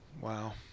Wow